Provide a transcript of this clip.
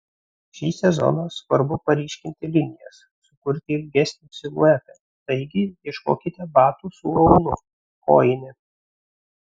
šį sezoną svarbu paryškinti linijas sukurti ilgesnį siluetą taigi ieškokite batų su aulu kojine